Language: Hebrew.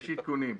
יש עדכונים.